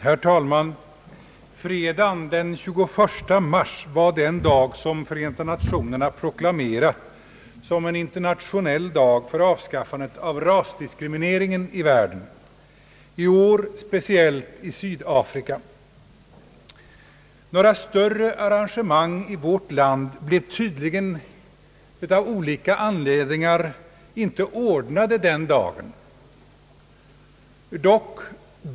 Herr talman! Fredagen den 21 mars var den dag Förenta Nationerna proklamerat som en internationell dag för avskaffandet av rasdiskrimineringen i världen, i år speciellt i Sydafrika. Några större arrangemang i vårt land blev tydligen inte ordnade den dagen.